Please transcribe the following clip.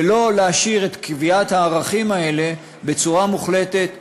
ולא להשאיר את קביעת הערכים האלה בצורה מוחלטת למפקח,